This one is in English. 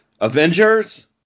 Avengers